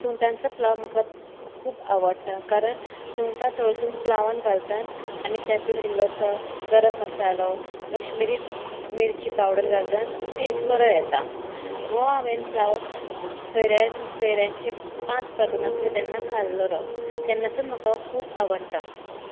सुंगटांचो पुलाव म्हाका खूब आवडटा कारण सुंगटां तळसून पुलावान घालताच आनी तातून इल्लोसो गरम मसालो कश्मिरी मिरची पावडर घालतन टेस्ट बरो येता हो हांवें पुलाव सयऱ्यान सयऱ्यांचें पाचपर्तन आसलें तेन्ना खाल्लो तेन्नासून म्हाका हो खूब आवडटा